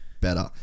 better